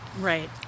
Right